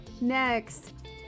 next